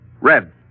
Red